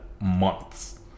months